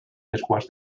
desguàs